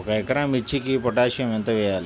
ఒక ఎకరా మిర్చీకి పొటాషియం ఎంత వెయ్యాలి?